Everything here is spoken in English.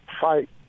fight